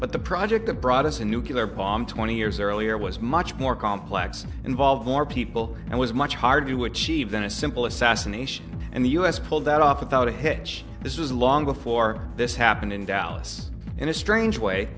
but the project that brought us a nucular bomb twenty years earlier was much more complex involve more people and was much harder to achieve than a simple assassination and the us pulled that off without a hitch this was long before this happened in dallas in a strange way